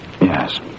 Yes